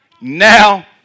Now